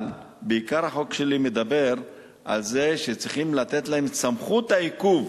אבל בעיקר החוק שלי מדבר על זה שצריכים לתת להם את סמכות העיכוב.